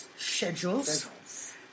schedules